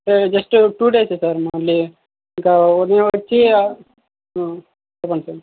ఆ just two days ఏ sir మళ్ళీ ఇంకా ఉదయం వచ్చి చెప్పండి సార్